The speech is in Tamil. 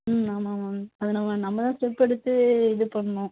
ம் ஆமாம் மேம் அது நம்ம நம்ம தான் ஸ்டெப்பெடுத்து இது பண்ணணும்